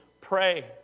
pray